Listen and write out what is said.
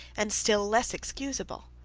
and still less excusable.